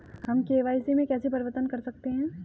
हम के.वाई.सी में कैसे परिवर्तन कर सकते हैं?